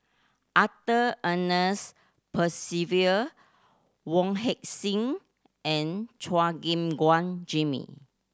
Arthur Ernest Percival Wong Heck Sing and Chua Gim Guan Jimmy